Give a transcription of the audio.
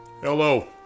Hello